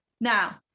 now